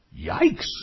Yikes